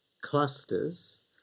clusters